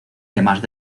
temas